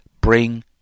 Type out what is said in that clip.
bring